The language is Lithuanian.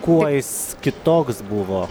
kuo jis kitoks buvo